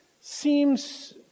seems